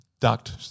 duct